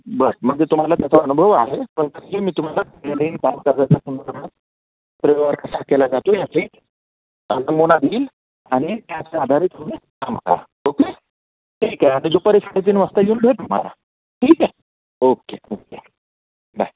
बस म्हणजे तुम्हाला त्याचा अनुभव आहे पण तरीही मी तुम्हाला तर कसा केला जातो याचाही नमुना देईल आणि त्याचे आधारीत तुम्ही कामं करा ओके ठीक आहे आता दुपारी साडेतीन वाजता येऊन भेटा मला ठीक आहे ओके ओके बाय